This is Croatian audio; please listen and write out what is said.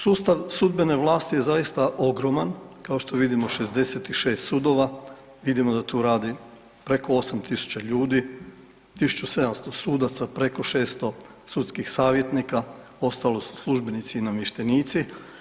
Sustav sudbene vlasti je zaista ogroman, kao što vidimo 66 sudova, vidimo da tu radi preko 8.000 ljudi, 1.700 sudaca, preko 600 sudskih savjetnika, ostalo su službenici i namještenici.